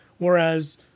Whereas